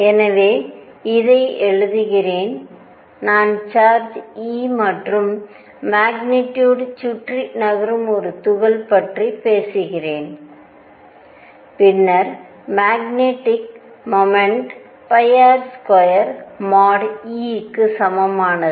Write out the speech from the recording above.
எனவே இதை எழுதுகிறேன் நான் சார்ஜ் e மற்றும் மேக்னிடியுடு சுற்றி நகரும் ஒரு துகள் பற்றி பேசுகிறேன் பின்னர் மேக்னெட்டிக் மொமெண்ட் R2| e | க்கு சமமானது